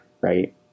Right